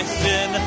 sin